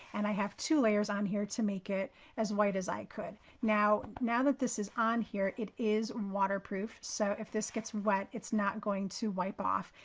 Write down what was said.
and i have two layers on here to make it as white as i could. now, now that this is on here, it is waterproof. so if this gets wet, it's not going to wipe off.